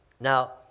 Now